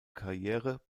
karriere